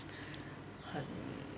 很